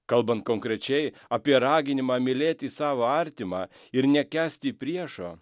kalbant konkrečiai apie raginimą mylėti savo artimą ir nekęsti priešo